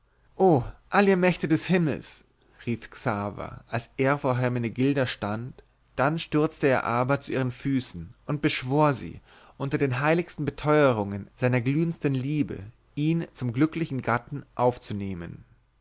o all ihr mächte des himmels rief xaver als er vor hermenegilda stand dann stürzte er aber zu ihren füßen und beschwor sie unter den heiligsten beteurungen seiner glühendsten liebe ihn zum glücklichsten gatten aufzunehmen